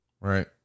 right